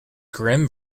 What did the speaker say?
grimm